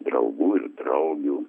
draugų ir draugių